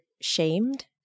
shamed